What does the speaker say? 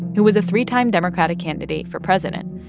who was a three-time democratic candidate for president.